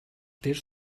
дээр